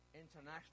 international